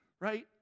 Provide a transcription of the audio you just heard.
right